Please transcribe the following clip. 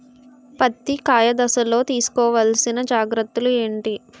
పత్తి కాయ దశ లొ తీసుకోవల్సిన జాగ్రత్తలు ఏంటి?